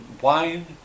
wine